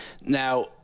Now